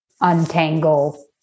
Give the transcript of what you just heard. untangle